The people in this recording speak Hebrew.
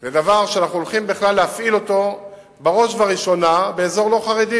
זה דבר שאנחנו הולכים בכלל להפעיל אותו בראש ובראשונה באזור לא חרדי,